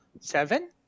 seven